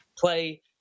play